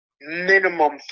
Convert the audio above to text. Minimum